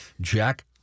Jack